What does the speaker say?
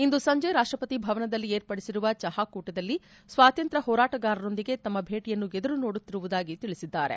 ಇಂದು ಸಂಜೆ ರಾಷ್ಟ್ರಪತಿ ಭವನದಲ್ಲಿ ಏರ್ಪಡಿಸಿರುವ ಚಹಾ ಕೂಟದಲ್ಲಿ ಸ್ವಾತಂತ್ರ್ಯ ಹೋರಾಟಗಾರರೊಂದಿಗೆ ತಮ್ಮ ಭೇಟಿಯನ್ನು ಎದುರು ನೋಡುತ್ತಿರುವುದಾಗಿ ತಿಳಿಸಿದ್ದಾರೆ